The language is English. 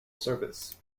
service